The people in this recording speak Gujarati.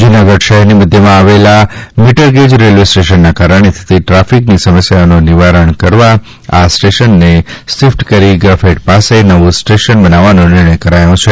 જૂનાગઢ શહેરની મધ્યમાં આવેલા મીટરગેજ રેલવે સ્ટેશનના કારણે થતી ટ્રાફિકની સમસ્યાનો નિવારણ કરવા આ સ્ટેશનને શિફ્ટ કરી ગ્રોફેડ પાસે નવું સ્ટેશન બનાવવાનો નિર્ણય કરાયો છે